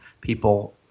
people